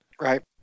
right